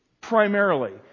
primarily